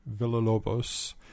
Villalobos